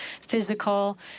physical